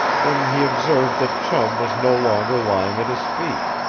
when he observed that chum was no longer lying at his feet.